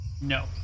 No